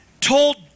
told